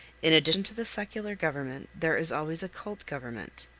in addition to the secular government there is always a cult government.